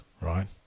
Right